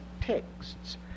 texts